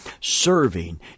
serving